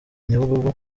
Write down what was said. nyabugogo